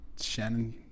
Shannon